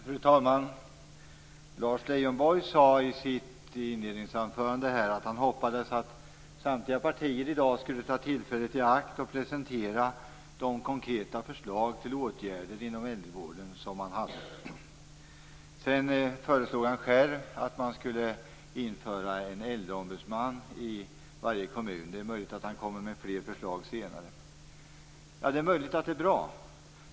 Fru talman! Lars Leijonborg sade i sitt inledningsanförande att han hoppades att samtliga partier i dag skulle ta tillfället i akt och presentera konkreta förslag till åtgärder inom äldrevården. Sedan föreslog han att man skulle införa en äldreombudsman i varje kommun, och han kanske kommer med fler förslag senare. Ja, det är möjligt att det vore bra.